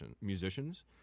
musicians